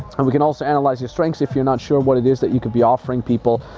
and we can also analyze your strengths if you're not sure what it is that you could be offering people.